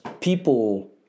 people